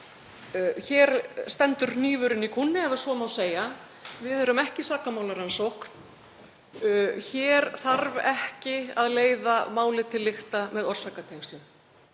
Hér stendur hnífurinn í kúnni, ef svo má segja. Við erum ekki í sakamálarannsókn. Hér þarf ekki að leiða málið til lykta með orsakatengslum.